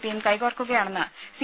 പിയും കൈകോർക്കുകയാണെന്ന് സി